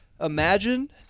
imagine